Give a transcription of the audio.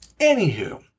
Anywho